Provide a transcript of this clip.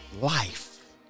life